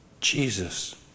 Jesus